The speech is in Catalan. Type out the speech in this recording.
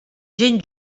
gent